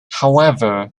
however